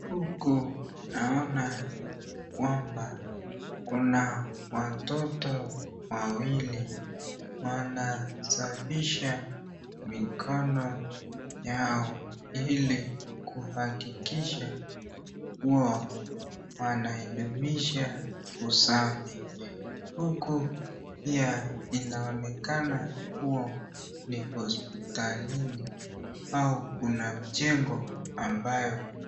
Huku naona kwamba kuna watoto wawili wansafisha mikono yao ili kuhakikisha kuwa wanaidumisha usafi, huku pia inaonekana kuwa ni hospitalini au kuna mjengo.